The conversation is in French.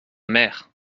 mère